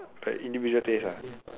but individual taste lah